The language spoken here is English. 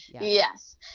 Yes